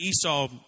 Esau